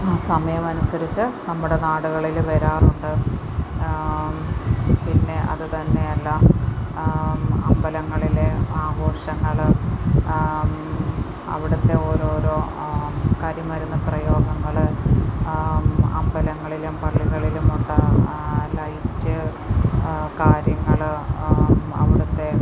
സമയം അനുസരിച്ച് നമ്മുടെ നാടുകളിൽ വെരാറുണ്ട് പിന്നെ അതുതന്നെ അല്ല അമ്പലങ്ങളിൽ ആഘോഷങ്ങൾ അവിടുത്തെ ഓരോരോ കരിമരുന്ന് പ്രയോഗങ്ങൾ അമ്പലങ്ങളിലും പള്ളികളിലുമൊക്കെ ലൈറ്റ് കാര്യങ്ങൾ അവിടുത്തെ